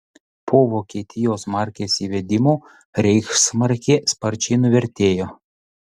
po vokietijos markės įvedimo reichsmarkė sparčiai nuvertėjo